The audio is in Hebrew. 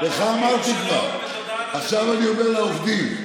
לך אמרתי כבר, עכשיו אני אומר לעובדים.